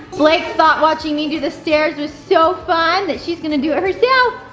blake thought watching me do the stairs was so fun that she's gonna do it herself.